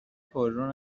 پررو